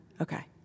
Okay